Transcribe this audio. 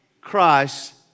Christ